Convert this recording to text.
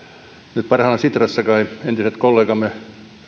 nyt parhaillaan sitrassa kai entiset kollegamme